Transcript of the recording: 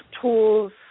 tools